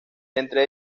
entre